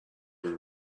were